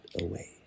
away